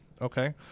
Okay